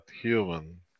human